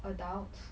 adults